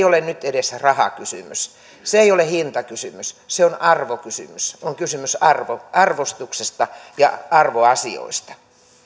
ole nyt edes rahakysymys se ei ole hintakysymys se on arvokysymys on kysymys arvostuksesta ja arvoasioista